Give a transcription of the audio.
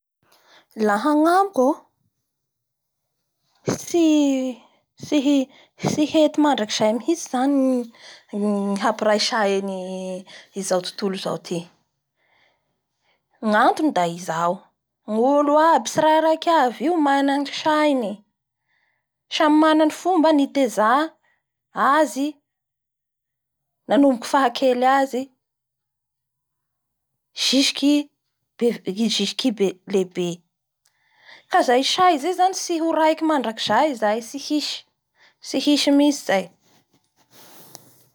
Laha agnamiko o, tsy-tsy- hety mandrakizay mihintsy zany ny hampiray say an'izao tontolo izao ity. gnantony da izao: ny olo aby tsirairaiky avy io mana ny sainy. Samy mana ny fomba niteza azy nanomboky fahakely azy jusque be- jusque i lehibe. Ka izay say zay zany tsy ho raiky mandrakizay zay. Tsy hisy-tsy hisy mihintsy zay.